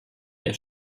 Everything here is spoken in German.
der